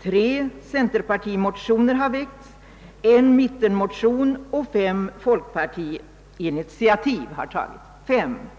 I tre fall har centerpartimotioner väckts. En mittenmotion har avgivits, och fem folkpartiinitiativ har tagits.